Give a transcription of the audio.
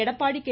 Edappadi K